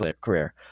career